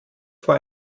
vor